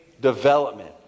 development